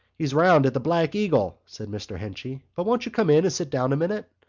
he's round at the black eagle, said mr. henchy. but won't you come in and sit down a minute?